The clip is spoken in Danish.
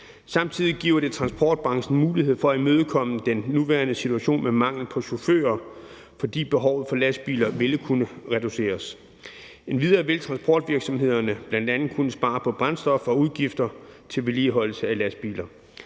Samtidig giver det transportbranchen mulighed for at imødegå problemet med mangel på chauffører i den nuværende situation, fordi behovet for lastbiler vil kunne reduceres. Endvidere vil transportvirksomhederne bl.a. kunne spare brændstof og udgifter til vedligeholdelse af lastbiler.